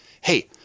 hey